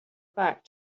back